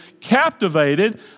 captivated